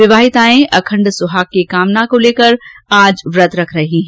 विवाहिताए अखण्ड सुहाग की कामना को लेकर आज व्रत रख रही है